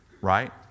right